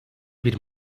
bir